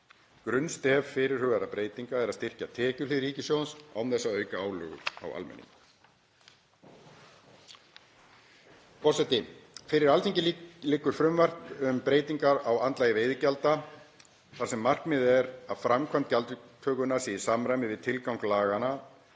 Grunnstef fyrirhugaðra breytinga er að styrkja tekjuhlið ríkissjóðs án þess að auka álögur á almenning. Forseti. Fyrir Alþingi liggur frumvarp um breytingu á andlagi veiðigjalda, þar sem markmiðið er að framkvæmd gjaldtökunnar sé í samræmi við tilgang laganna